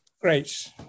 great